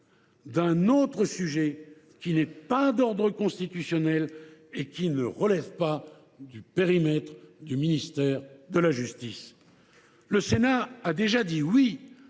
d’un autre sujet, qui n’est pas d’ordre constitutionnel et qui ne relève pas du périmètre du ministère de la justice. Le Sénat a déjà dit « oui